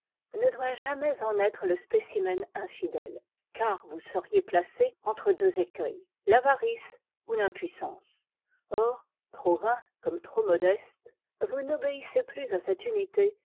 ne doit jamais en être le spécimen infidèle car vous seriez placé entre deux écueils l'avarice ou l'impuissance or trop vain comme trop modeste vous n'obéissez plus à cette unité